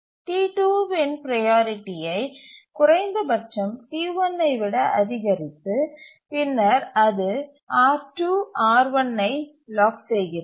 T2 இன் ப்ரையாரிட்டியை குறைந்தபட்சம் T1 ஐ விட அதிகரித்து பின்னர் அது R2 R1 ஐ லாக் செய்கிறது